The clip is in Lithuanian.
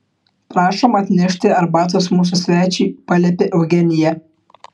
prašom atnešti arbatos mūsų svečiui paliepė eugenija